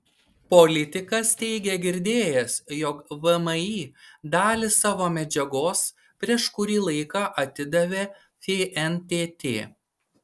politikas teigė girdėjęs jog vmi dalį savo medžiagos prieš kurį laiką atidavė fntt